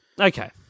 Okay